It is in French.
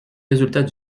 résultats